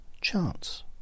Chance